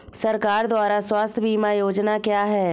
सरकार द्वारा स्वास्थ्य बीमा योजनाएं क्या हैं?